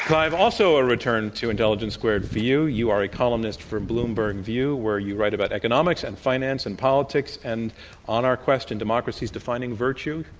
clive, also a return to intelligence squared for you. you are a columnist for bloomberg view, where you write about economics, and finance, and politics. and on our question, democracy's defining virtue,